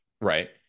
Right